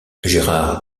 gérard